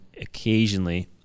occasionally